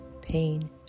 pain